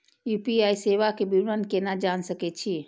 UPI सेवा के विवरण केना जान सके छी?